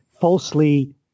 falsely